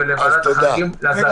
אני